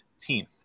15th